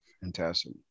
Fantastic